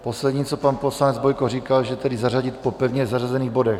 Poslední, co pan poslanec Bojko říkal, že tedy zařadit po pevně zařazených bodech.